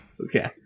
Okay